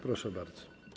Proszę bardzo.